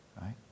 Right